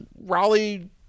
raleigh